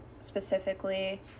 specifically